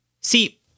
See